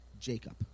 Jacob